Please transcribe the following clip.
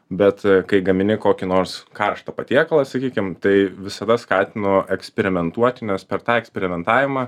bet kai gamini kokį nors karštą patiekalą sakykim tai visada skatinu eksperimentuot nes per tą eksperimentavimą